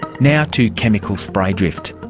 now to chemical spray drift.